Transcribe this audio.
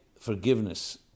forgiveness